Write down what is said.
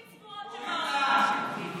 הכי צבועות שבעולם.